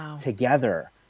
together